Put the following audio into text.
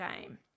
game